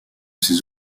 ses